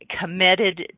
Committed